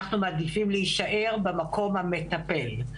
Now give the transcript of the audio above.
אנחנו מעדיפים להישאר במקום המטפל.